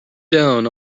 down